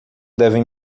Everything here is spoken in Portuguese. devem